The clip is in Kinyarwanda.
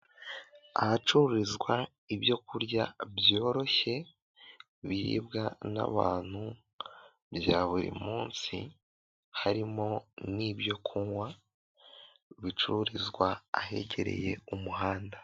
Ahacururizwa ibyokurya byoroshye biribwa n'abantu bya buri munsi harimo nibyokunywa bicururizwa ahegereye umuhanda.